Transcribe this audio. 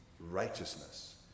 righteousness